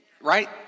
right